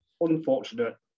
unfortunate